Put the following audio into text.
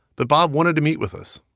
but bob wanted to meet with us,